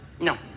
No